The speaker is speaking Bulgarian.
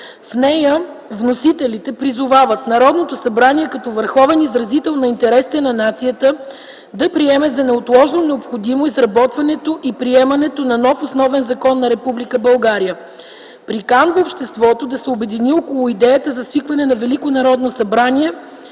В нея вносителите призовават Народното събрание, като върховен изразител на интересите на нацията, да приеме за неотложно необходимо изработването и приемането на нов основен закон на Република България. Приканва обществото да се обедини около идеята за свикване на Велико